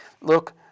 Look